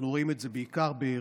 אנחנו רואים את זה בעיקר ברפואה,